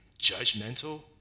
judgmental